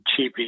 cheapy